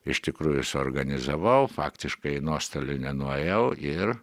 iš tikrųjų suorganizavau faktiškai į nuostolį nenuėjau ir